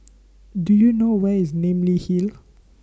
Do YOU know Where IS Namly Hill